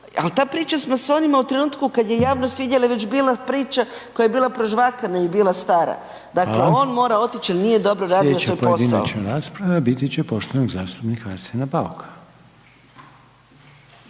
ali ta priča s masonima u trenutku kada je javnost vidjela i već bila priča koja je bila prožvakana i bila stara. Dakle, on mora otići jer nije dobro radio svoj posao. **Reiner, Željko (HDZ)** Hvala. Sljedeća pojedinačna rasprava biti će poštovanog zastupnika Arsena Bauka.